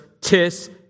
tis